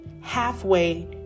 halfway